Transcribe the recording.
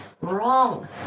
wrong